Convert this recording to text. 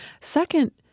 Second